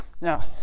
now